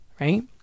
right